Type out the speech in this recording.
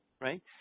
right